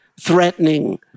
threatening